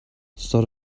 sort